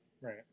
Right